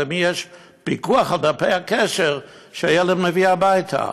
ולמי יש פיקוח על דפי הקשר שהילד מביא הביתה?